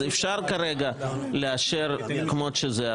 אפשר כרגע לאשר כמו שזה,